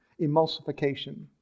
Emulsification